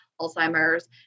Alzheimer's